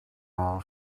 all